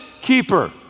keeper